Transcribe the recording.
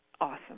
awesome